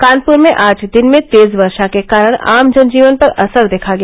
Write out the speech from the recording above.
कानपुर में आज दिन में तेज वक्षा के कारण आम जनजीवन पर असर देखा गया